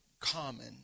common